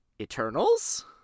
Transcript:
eternals